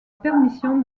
permission